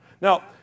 Now